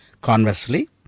Conversely